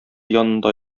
янында